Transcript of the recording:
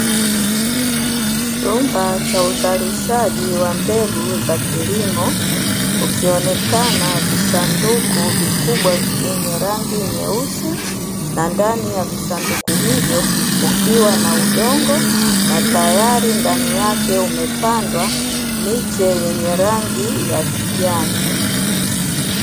Chumba cha uzalishaji wa mbegu za kilimo, kukionekana visanduku vikubwa vyenye rangi nyeusi na ndani ya visanduku hivyo kukiwa na udongo, na tayari ndani yake umepandwa miche yenye rangi ya kijani.